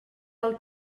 del